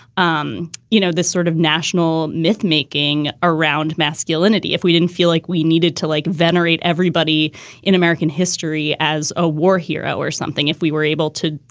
um you know, this sort of national mythmaking around masculinity, if we didn't feel like we needed to, like venerate everybody in american history as a war hero or something, if we were able to,